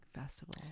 Festival